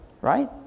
right